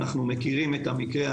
אנחנו מכירים את המקרה,